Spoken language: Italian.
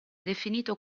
definito